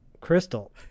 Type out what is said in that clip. Crystal